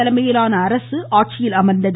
தலைமையிலான அரசு ஆட்சியில் அமர்ந்தது